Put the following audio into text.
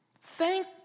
Thank